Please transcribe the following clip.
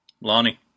Lonnie